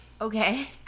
okay